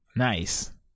Nice